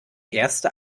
erste